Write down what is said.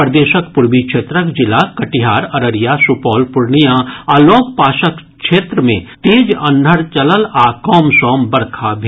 प्रदेशक पूर्वी क्षेत्रक जिला कटिहार अररिया सुपौल पूर्णिया आ लऽग पासक क्षेत्र मे तेज अन्हर चलल आ कमसम बरखा भेल